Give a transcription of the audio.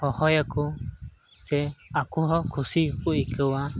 ᱦᱚᱦᱚᱭᱟᱠᱚ ᱥᱮ ᱟᱠᱚ ᱠᱷᱩᱥᱤ ᱠᱚ ᱟᱹᱭᱠᱟᱹᱣᱟ